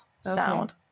sound